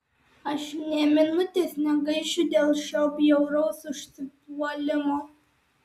aš nė minutės negaišiu dėl šio bjauraus užsipuolimo